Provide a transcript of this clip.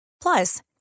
Plus